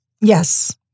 Yes